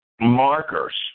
markers